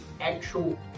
actual